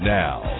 now